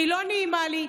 היא לא נעימה לי.